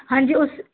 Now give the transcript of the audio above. ਹਾਂਜੀ ਉਸ